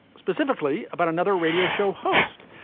specifically about another radio show host.